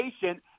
patient